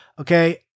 okay